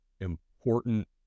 important